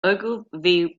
ogilvy